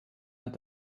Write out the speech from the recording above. hat